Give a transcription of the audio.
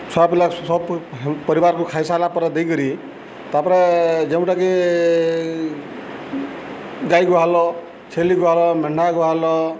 ଛୁଆ ପିଲା ସବୁ ପରିବାରକୁ ଖାଇ ସାରିଲା ପରେ ଦେଇକରି ତାପରେ ଯେଉଁଟାକି ଗାଈ ଗୁହାଲ ଛେଲି ଗୁହାଲ ମେଣ୍ଢା ଗୁହାଲ